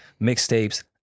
mixtapes